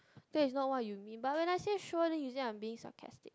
that is not what you mean but when I say sure then you say I'm being sarcastic